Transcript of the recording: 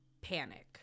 panic